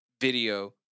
video